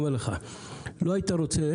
לא היית רוצה